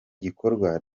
gikorwa